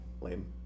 Lame